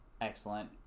excellent